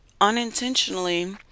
unintentionally